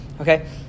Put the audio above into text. Okay